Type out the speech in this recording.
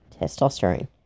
testosterone